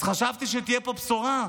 חשבתי שתהיה פה בשורה,